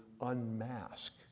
unmask